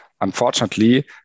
Unfortunately